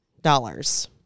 dollars